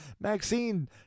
Maxine